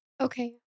Okay